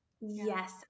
Yes